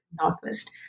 Northwest